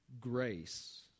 grace